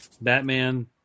Batman